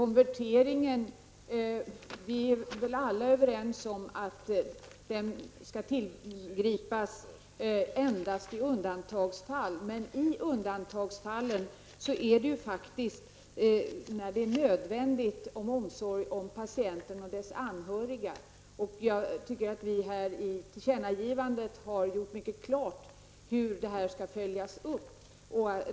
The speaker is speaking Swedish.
Fru talman! Vi är väl alla överens om att konvertering skall tillgripas endast i undantagsfall. Men i undantagsfallen är det faktiskt nödvändigt av omsorg om patienten och dess anhöriga. Jag tycker att vi här i tillkännagivandet har gjort mycket klart hur detta skall följas upp.